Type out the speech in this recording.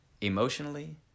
emotionally